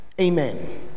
Amen